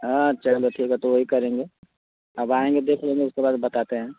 हाँ चलो ठीक है तो वहीं करेंगे अब आएँगे देख लेंगे उसके बाद बताते हैं